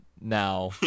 now